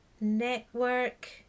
network